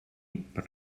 per